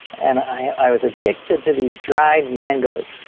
and i was addicted to these dried mangos,